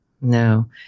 No